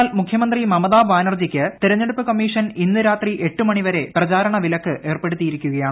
എന്നാൽ മുഖ്യമന്ത്രി മമതാ ബാനർജിക്ക് തെരഞ്ഞെടുപ്പ് കമ്മീഷൻ ഇന്ന് രാത്രി എട്ട് മണിവരെ പ്രചാരണ വിലക്ക് ഏർപ്പെടുത്തിയിരിക്കുകയാണ്